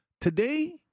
today